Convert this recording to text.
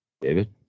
David